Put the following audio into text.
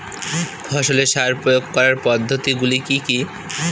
ফসলে সার প্রয়োগ করার পদ্ধতি গুলি কি কী?